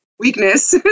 weakness